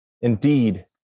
Indeed